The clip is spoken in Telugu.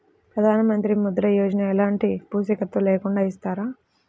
ప్రధానమంత్రి ముద్ర యోజన ఎలాంటి పూసికత్తు లేకుండా ఇస్తారా?